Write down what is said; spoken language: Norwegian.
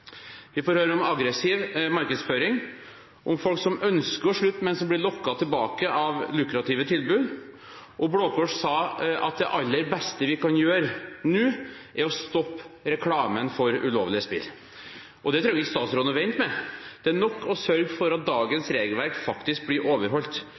Vi får høre om aggressiv markedsføring, om folk som ønsker å slutte, men som blir lokket tilbake av lukrative tilbud, og Blå Kors sa at det aller beste vi kan gjøre nå, er å stoppe reklamen for ulovlig spill. Dette trenger ikke statsråden å vente med. Det er nok å sørge for at